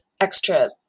extra